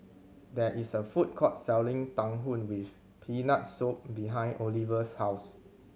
there is a food court selling tang with Peanut Soup behind Oliva's house